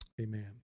amen